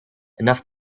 enough